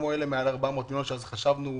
כמו אלה מעל 400 מיליון שאז חשבנו,